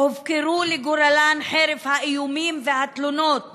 שהופקרו לגורלן חרף האיומים והתלונות